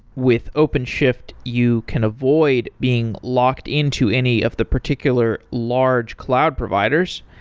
with openshift, you can avoid being locked into any of the particular large cloud providers.